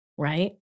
Right